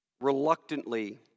reluctantly